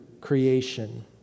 creation